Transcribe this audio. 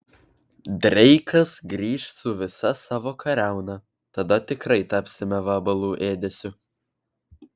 dreikas grįš su visa savo kariauna tada tikrai tapsime vabalų ėdesiu